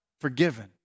forgiven